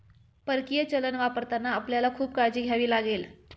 परकीय चलन वापरताना आपल्याला खूप काळजी घ्यावी लागेल